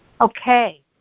Okay